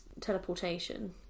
teleportation